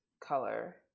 color